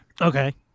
Okay